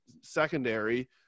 secondary